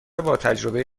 باتجربه